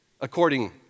according